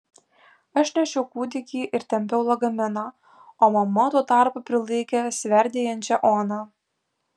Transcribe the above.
aš nešiau kūdikį ir tempiau lagaminą o mama tuo tarpu prilaikė sverdėjančią oną